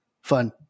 fun